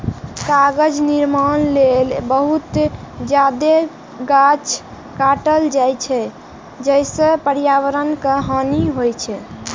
कागज निर्माण लेल बहुत जादे गाछ काटल जाइ छै, जइसे पर्यावरण के हानि होइ छै